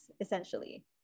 essentially